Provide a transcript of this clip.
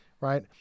right